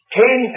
ten